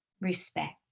respect